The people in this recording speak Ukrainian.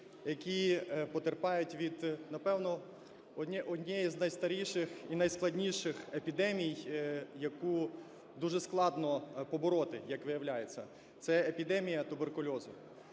які потерпають від, напевно, однієї з найстаріших і найскладніших епідемій, яку дуже складно побороти, як виявляється, - це епідемія туберкульозу.